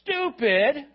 stupid